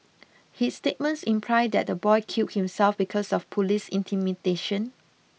his statements imply that the boy killed himself because of police intimidation